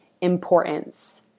importance